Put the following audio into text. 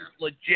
legit